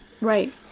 Right